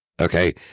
okay